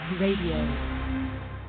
Radio